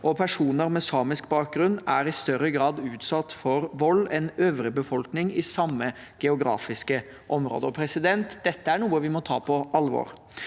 og personer med samisk bakgrunn er i større grad utsatt for vold enn øvrig befolkning i samme geografiske område. Dette er noe vi må ta på alvor.